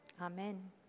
Amen